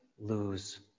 lose